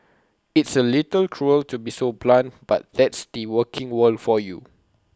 it's A little cruel to be so blunt but that's the working world for you